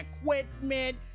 equipment